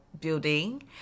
building